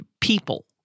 people